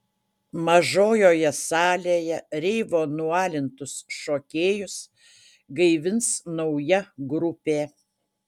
mažojoje salėje reivo nualintus šokėjus gaivins nauja grupė